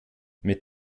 mit